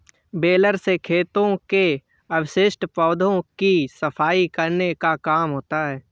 baler से खेतों के अवशिष्ट पौधों की सफाई करने का काम होता है